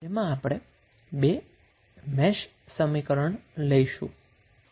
જેમાં આપણે બે મેશ સમીકરણ લઈશું